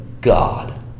God